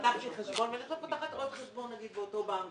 אם פתחתי חשבון ועכשיו אני פותחת עוד חשבון באותו בנק.